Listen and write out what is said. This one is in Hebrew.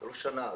לא שנה.